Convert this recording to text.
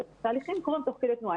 והתהליכים קורים תוך כדי תנועה.